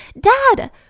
dad